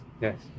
yes